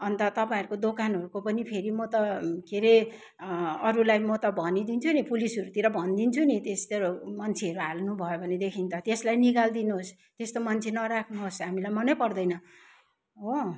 अन्त तपाईँहरूको दोकानहरूको पनि फेरि म त के अरे अरूलाई म त भनिदिन्छु नि पुलिसहरूतिर भनिदिन्छु नि त्यस्तोहरू मान्छेहरू हाल्नु भयो भनेदेखि त त्यसलाई निकालिदिनुहोस् त्यस्तो मान्छे नराख्नुहोस् हामीलाई मनै पर्दैन हो